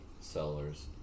sellers